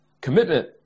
commitment